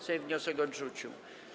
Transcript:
Sejm wniosek odrzucił.